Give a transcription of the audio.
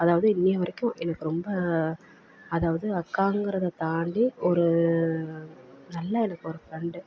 அதாவது இன்றைய வரைக்கும் எனக்கு ரொம்ப அதாவது அக்காங்கிறத தாண்டி ஒரு நல்ல எனக்கு ஒரு ஃப்ரெண்டு